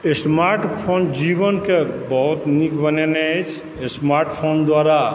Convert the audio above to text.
smartphone जीवनकेँ बहुत नीक बनेने अछि स्मार्टफोन द्वारा